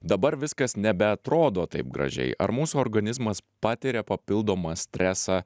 dabar viskas nebeatrodo taip gražiai ar mūsų organizmas patiria papildomą stresą